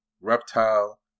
Reptile